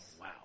Wow